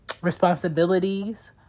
responsibilities